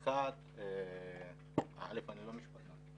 אני לא משפטן,